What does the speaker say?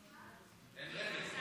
תן רמז.